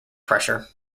pressure